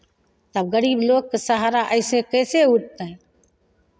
तब गरीब लोकके सहारा ऐसे कैसे होतै